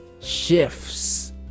shifts